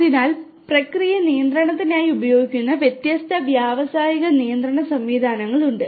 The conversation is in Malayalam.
അതിനാൽ പ്രക്രിയ നിയന്ത്രണത്തിനായി ഉപയോഗിക്കുന്ന വ്യത്യസ്ത വ്യാവസായിക നിയന്ത്രണ സംവിധാനങ്ങളുണ്ട്